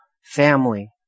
family